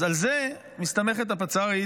אז על זה מסתמכת הפצ"רית,